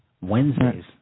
Wednesdays